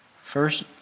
First